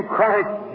Christ